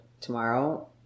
tomorrow